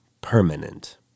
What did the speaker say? permanent